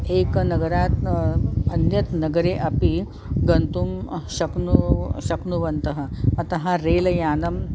एकनगरात् अन्यत् नगरम् अपि गन्तुं शक्नू शक्नुवन्तः अतः रेलयानम्